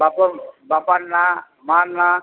ବାପାର୍ ନାଁ ମାଁ ର୍ ନାଁ